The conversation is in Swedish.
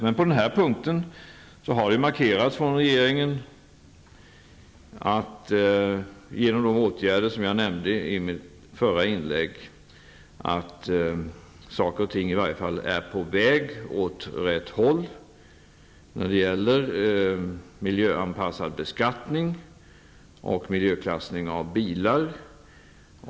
Men på den här punkten har det ju markerats från regeringen, genom de åtgärder som jag nämnde i mitt förra inlägg, att saker och ting i varje fall är på väg åt rätt håll när det gäller miljöanpassad beskattning och miljöklassning av bilar.